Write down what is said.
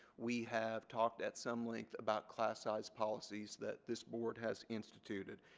we have talked at some length about class size policies that this board has instituted.